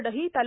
डही ता